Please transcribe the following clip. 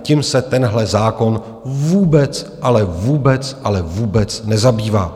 Tím se tenhle zákon vůbec, ale vůbec, ale vůbec nezabývá.